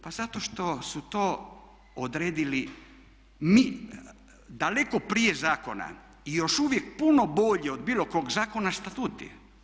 Pa zato što smo to odredili mi daleko prije zakona i još uvijek puno bolji od bilo kojeg zakona statuti.